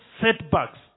setbacks